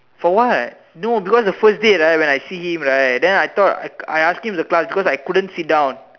for what no because the first day right where I see him right then I thought I I ask him the class because I couldn't sit down